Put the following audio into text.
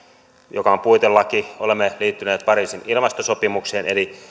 joka on puitelaki ja olemme liittyneet pariisin ilmastosopimukseen eli